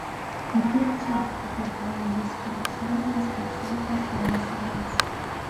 ateik čia pakartojo jis plekšnodamas per sofą šalia savęs